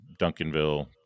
Duncanville